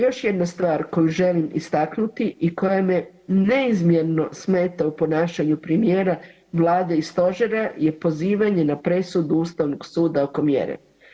Još jedna stvar koju želim istaknuti i koja me neizmjerno smeta u ponašanju premijera, Vlade i Stožera je pozivanje na presudu Ustavnog suda oko mjere.